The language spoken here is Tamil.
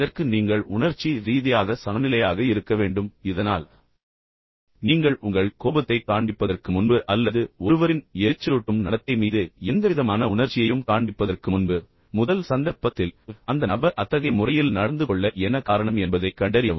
இதற்கு நீங்கள் உணர்ச்சி ரீதியாக சமநிலையாக இருக்க வேண்டும் இதனால் நீங்கள் உங்கள் கோபத்தைக் காண்பிப்பதற்கு முன்பு அல்லது ஒருவரின் எரிச்சலூட்டும் நடத்தை மீது எந்தவிதமான உணர்ச்சியையும் காண்பிப்பதற்கு முன்பு முதல் சந்தர்ப்பத்தில் சந்தர்ப்பத்தில் அந்த நபர் அத்தகைய முறையில் நடந்து கொள்ள என்ன காரணம் என்பதைக் கண்டறியவும்